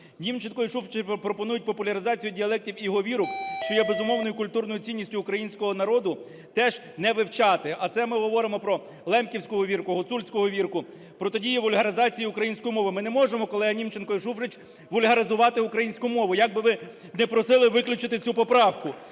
Німченко і Шуфрич пропонують популяризацію діалектів і говірок, що є, безумовно, культурною цінністю українського народу, теж не вивчати. А це ми говоримо про лемківську говірку, гуцульську говірку, протидію вульгаризації української мови. Ми не можемо, колеги Німченко і Шуфрич, вульгаризувати українську мову, як би ви не просили виключити цю поправку.